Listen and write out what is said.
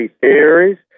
theories